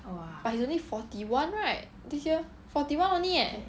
!wah! but he's only forty one right this year forty one only leh